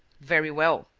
very well,